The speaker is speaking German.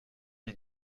wie